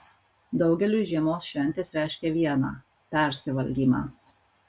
daugeliui žiemos šventės reiškia viena persivalgymą